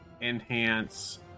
Enhance